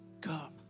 come